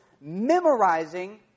memorizing